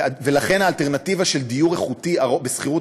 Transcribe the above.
ולכן האלטרנטיבה של דיור איכותי בשכירות